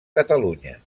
catalunya